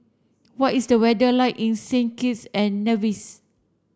what is the weather like in Saint Kitts and Nevis